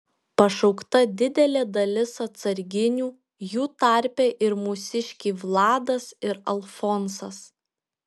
pašaukta didelė dalis atsarginių jų tarpe ir mūsiškiai vladas ir alfonsas